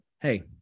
hey